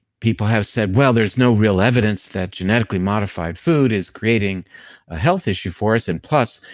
people have said, well, there's no real evidence that genetically modified food is creating a health issue for us and plus,